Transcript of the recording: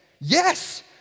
Yes